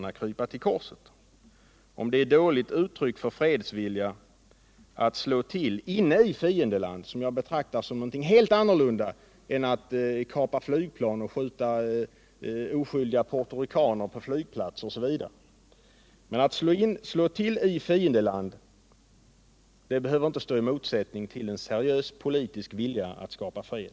Och även om det kan uppfattas som ett dåligt uttryck för fredsvilja att slå till inne i fiendens land — vilket jag betraktar som någonting helt annat än att kapa flygplan, skjuta oskyldiga puertoricaner på flygplatser, osv. — behöver det ändå inte stå i motsättning till en seriös politisk vilja att skapa fred.